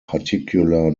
particular